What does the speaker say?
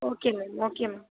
okay ma'am okay ma'am